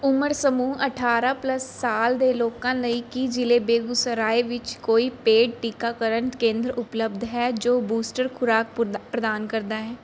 ਉਮਰ ਸਮੂਹ ਅਠਾਰ੍ਹਾਂ ਪਲੱਸ ਸਾਲ ਦੇ ਲੋਕਾਂ ਲਈ ਕੀ ਜ਼ਿਲ੍ਹੇ ਬੇਗੂਸਰਾਏ ਵਿੱਚ ਕੋਈ ਪੇਡ ਟੀਕਾਕਰਨ ਕੇਂਦਰ ਉਪਲਬਧ ਹੈ ਜੋ ਬੂਸਟਰ ਖੁਰਾਕ ਪ੍ਰ ਪ੍ਰਦਾਨ ਕਰਦਾ ਹੈ